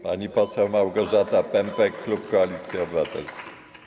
Pani poseł Małgorzata Pępek, klub Koalicji Obywatelskiej.